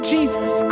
Jesus